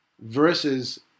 versus